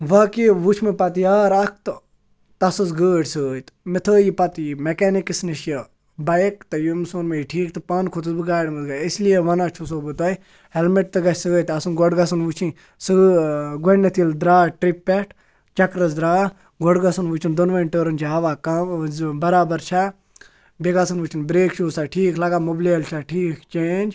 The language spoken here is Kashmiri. واقعی وُچھ مےٚ پَتہٕ یار اَکھ تہٕ تَس ٲسۍ گٲڑۍ سٍتۍ مےٚ تھٲو پَتہٕ یہِ میکینِکَس نِش یہِ بایک تہٕ ییٚمِس ووٚنُم یہِ ٹھیٖک تہٕ پانس کھوٚتُس بہٕ گاڑِ منٛزٕے اِسی لیے ونان چھُسو بہٕ تۅہہِ ہیلمِٹ تہِ گَژھِ سٍتۍ آسُن گۄڈٕ گَژھَن وُچھِنۍ سٲرِ گۄڈٕنیٚتھ ییٚلہِ دَرٛاو ٹرٛپہِ پیٚٹھ چَکرَس دَرٛاو گۄڈٕ گَژھَن وُچھنہِ دۅنوٕنیَن ٹٲرَن چھا ہَوا کَم زِ بَرابَر چھا بیٚیہِ گَژھَن وُچھِنۍ برٛیک شوٗز چھا ٹھیٖک لَگان مُبلیل چھا ٹھیٖک چینٛج